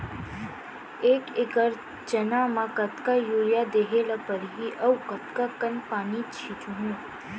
एक एकड़ चना म कतका यूरिया देहे ल परहि अऊ कतका कन पानी छींचहुं?